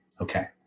Okay